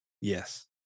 yes